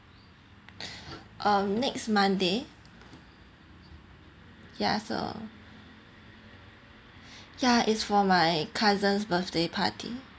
uh next monday ya so ya is for my cousin's birthday party